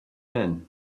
been